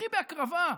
הכי בהקרבה.